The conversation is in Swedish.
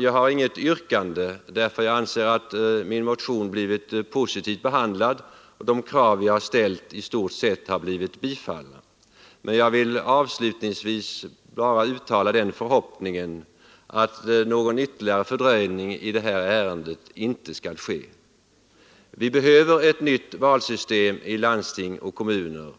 Jag har inget yrkande därför att jag anser att min motion blivit positivt behandlad och de krav jag ställt i stort sett blivit tillgodosedda. Jag vill avslutningsvis bara uttala den förhoppningen att någon ytterligare fördröjning av det här ärendet inte skall ske. Vi behöver ett nytt valsystem i landsting och kommuner.